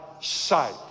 sight